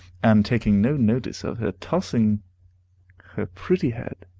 and taking no notice of her tossing her pretty head,